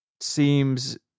seems